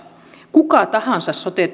kuka tahansa sote